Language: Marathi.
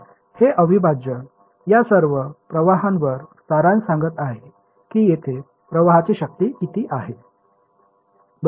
तर हे अविभाज्य या सर्व प्रवाहांवर सारांश सांगत आहे की येथे प्रवाहाची शक्ती किती आहे